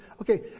okay